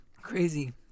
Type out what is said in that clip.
Crazy